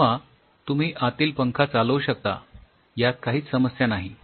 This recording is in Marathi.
किंवा तुम्ही आतील पंखा चालवू शकता त्यात काहीच समस्या नाही